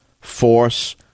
force